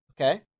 Okay